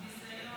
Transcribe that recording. בושה, ביזיון.